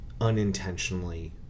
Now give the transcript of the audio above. unintentionally